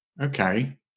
okay